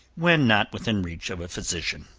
when not within reach of a physician.